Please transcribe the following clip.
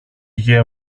γιε